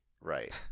Right